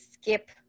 skip